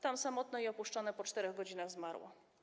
Tam samotne i opuszczone po 4 godzinach zmarło.